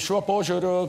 šiuo požiūriu